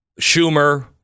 Schumer